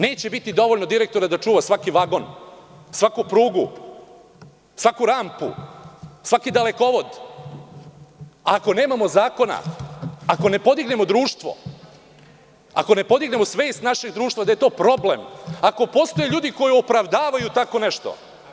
Neće biti dovoljno direktora da čuva svaki vagon, svaku prugu, svaku rampu, svaki dalekovod, ako nemamo zakone, ako ne podignemo društvo, ako ne podignemo svest našeg društva da je to problem, ako postoje ljudi koji opravdavaju tako nešto.